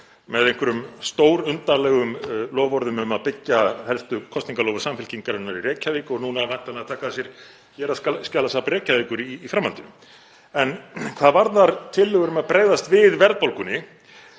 með einhverjum stórundarlegum loforðum um að byggja helstu kosningaloforð Samfylkingarinnar í Reykjavík og núna væntanlega taka að sér héraðsskjalasafn Reykjavíkur í framhaldinu. Hvað varðar tillögur um að bregðast við verðbólgunni